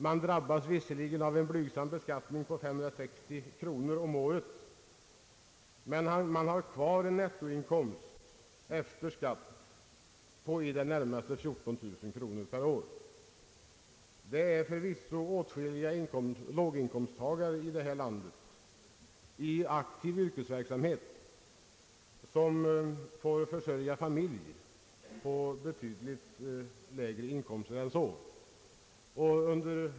Paret drabbas visserligen av en blygsam beskattning på 560 kronor om året men har kvar en nettoinkomst efter skatt på i det närmaste 14 000 kronor. Det finns förvisso åtskilliga låginkomsttagare i det här landet, personer i aktiv yrkesverksamhet, som får försörja familj på betydligt lägre inkomster än så.